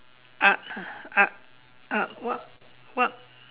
up up up what what